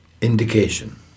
indication